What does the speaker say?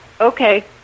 okay